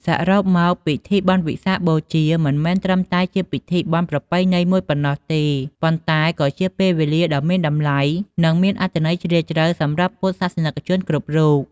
សរុបមក ពិធីបុណ្យវិសាខបូជា មិនមែនត្រឹមតែជាពិធីបុណ្យប្រពៃណីមួយប៉ុណ្ណោះទេ ប៉ុន្តែក៏ជាពេលវេលាដ៏មានតម្លៃ និងមានអត្ថន័យជ្រាលជ្រៅសម្រាប់ពុទ្ធសាសនិកជនគ្រប់រូប។